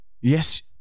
Yes